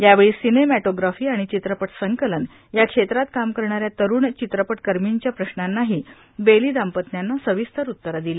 यावेळी सिनेमॅटोग्राफी आणि चित्रपट संकलन या क्षेत्रात काम करणाऱ्या तरुण चित्रपटकर्मींच्या प्रश्नांनाही बेली दाम्पत्यानं सविस्तर उत्तरं दिली